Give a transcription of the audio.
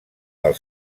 del